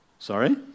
sorry